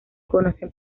conocen